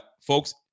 folks